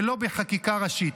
ולא בחקיקה ראשית.